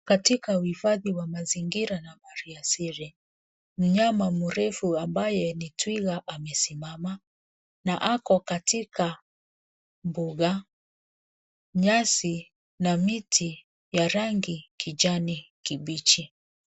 Katika uhifadhi wa mazingira na maliasili, mnyama mrefu ambaye ni twiga amesimama na ako katika mbuga. Nyasi na miti ya rangi kijani kibichi.